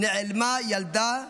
נעלמה ילדה,